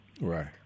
Right